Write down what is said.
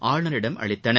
ஆளுநரிடம் அளித்தன